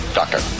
doctor